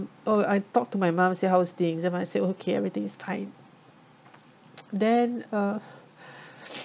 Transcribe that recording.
oh I talked to my mom say how's things and my mom said okay everything is fine then uh